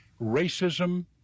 racism